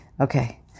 Okay